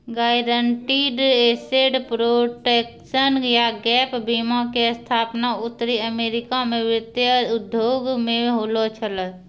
guaranteed asset protection या GAP बीमा के स्थापना उत्तरी अमेरिका मे वित्तीय उद्योग मे होलो छलै